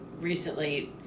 recently